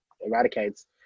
eradicates